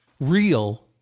real